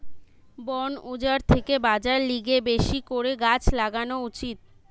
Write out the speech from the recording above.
বন উজাড় থেকে বাঁচার লিগে বেশি করে গাছ লাগান উচিত